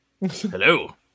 Hello